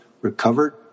recovered